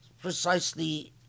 precisely